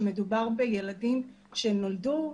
שמדובר בילדים שנולדו,